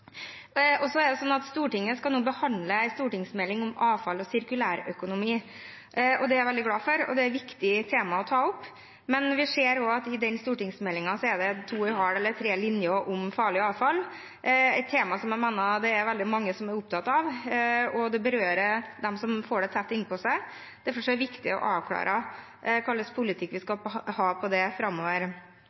Stortinget skal nå behandle en stortingsmelding om avfall og sirkulær økonomi, og det er jeg veldig glad for. Dette er viktige tema å ta opp, men vi ser også at i den stortingsmeldingen er det to og en halv eller tre linjer om farlig avfall – et tema jeg mener det er veldig mange som er opptatt av, og som berører dem som får det tett innpå seg. Derfor er det viktig å avklare hva slags politikk vi skal ha for det framover.